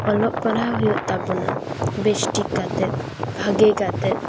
ᱚᱞᱚᱜ ᱯᱟᱲᱦᱟᱣ ᱦᱩᱭᱩᱜ ᱛᱟᱵᱚᱱᱟ ᱵᱮᱥ ᱴᱷᱤᱠ ᱠᱟᱛᱮᱫ ᱵᱷᱟᱜᱮ ᱠᱟᱛᱮᱫ